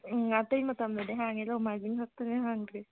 ꯎꯝ ꯑꯇꯩ ꯃꯇꯝꯗꯗꯤ ꯍꯥꯡꯉꯤ ꯅꯣꯡꯃꯥꯏꯖꯤꯡꯈꯛꯇꯅꯤ ꯍꯥꯡꯗ꯭ꯔꯤꯁꯦ